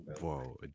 Whoa